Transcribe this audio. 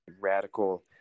radical